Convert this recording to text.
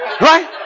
Right